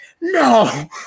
no